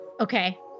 Okay